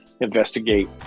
investigate